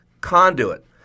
Conduit